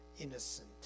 innocent